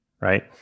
right